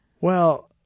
Well-